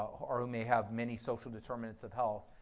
or may have many social determinants of health,